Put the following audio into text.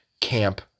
camp